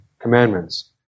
Commandments